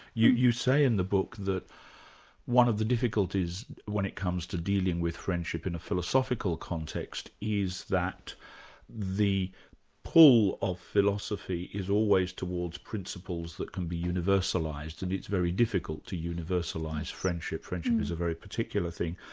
you you say in the book that one of the difficulties when it comes to dealing with friendship in a philosophical context is that the pull of philosophy is always towards principles that can be universalised, and it's very difficult to universalise friendship friendship is a very particular thing.